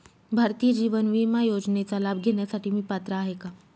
भारतीय जीवन विमा योजनेचा लाभ घेण्यासाठी मी पात्र आहे का?